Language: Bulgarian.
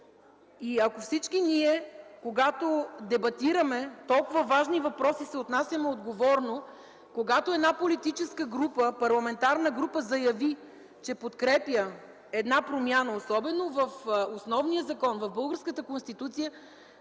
ако всички ние, когато дебатираме толкова важни въпроси, се отнасяме отговорно, когато една политическа парламентарна група заяви, че подкрепя една промяна, особено в основния закон – в българската Конституция,